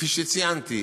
כפי שציינתי,